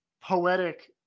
poetic